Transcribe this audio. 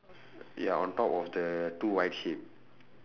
ya on top of the two white sheep